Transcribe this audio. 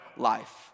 life